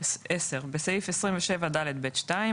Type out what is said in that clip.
(10)בסעיף 27ד(ב)(2),